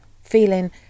feeling